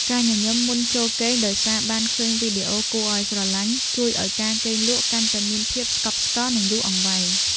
ការញញឹមមុនពេលចូលគេងដោយសារបានឃើញវីដេអូគួរឱ្យស្រឡាញ់ជួយឱ្យការគេងលក់កាន់តែមានភាពស្កប់ស្កល់និងយូរអង្វែង។